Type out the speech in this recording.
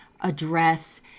address